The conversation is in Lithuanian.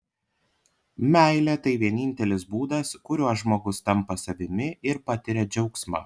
meilė tai vienintelis būdas kuriuo žmogus tampa savimi ir patiria džiaugsmą